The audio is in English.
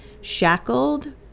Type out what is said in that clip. shackled